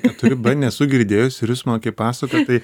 keturi b nesu girdėjęs ir jūs man kaip pasakojat tai